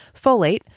folate